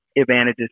advantages